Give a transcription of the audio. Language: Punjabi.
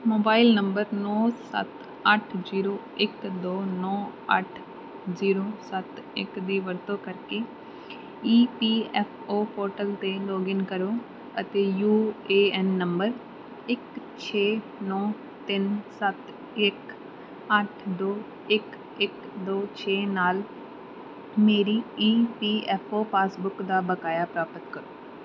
ਮੋਬਾਈਲ ਨੰਬਰ ਨੌਂ ਸੱਤ ਅੱਠ ਜੀਰੋ ਇੱਕ ਦੋ ਨੌਂ ਅੱਠ ਜੀਰੋ ਸੱਤ ਇੱਕ ਦੀ ਵਰਤੋਂ ਕਰਕੇ E P F O portal 'ਤੇ ਲੌਗਇਨ ਕਰੋ ਅਤੇ ਯੂ ਏ ਐਨ ਨੰਬਰ ਇੱਕ ਛੇ ਨੌਂ ਤਿੰਨ ਸੱਤ ਇੱਕ ਅੱਠ ਦੋ ਇੱਕ ਇੱਕ ਦੋ ਛੇ ਨਾਲ ਮੇਰੀ E E P F O passbook ਦਾ ਬਕਾਇਆ ਪ੍ਰਾਪਤ ਕਰੋ